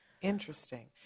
Interesting